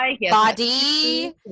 body